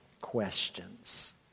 questions